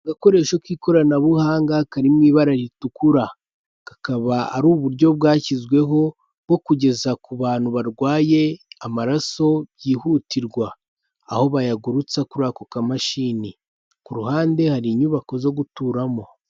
Agakoresho k'ikoranabuhanga karimo ibara ritukura, kakaba ari uburyo bwashyizweho bwo kugeza ku bantu barwaye amaraso byihutirwa aho bayagurutsa kuri ako kamashini ku ruhande hari inyubako zo guturamo.